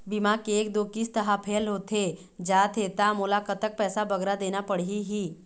बीमा के एक दो किस्त हा फेल होथे जा थे ता मोला कतक पैसा बगरा देना पड़ही ही?